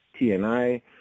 TNI